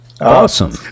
Awesome